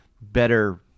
better